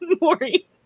Maury